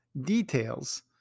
details